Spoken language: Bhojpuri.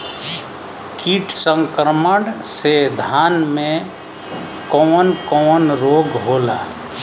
कीट संक्रमण से धान में कवन कवन रोग होला?